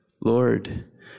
Lord